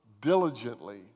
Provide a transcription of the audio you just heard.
Diligently